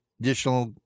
additional